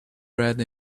red